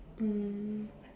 um